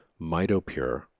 MitoPure